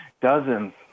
Dozens